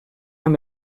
amb